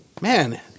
Man